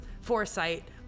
foresight